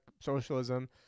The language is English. socialism